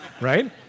right